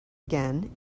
again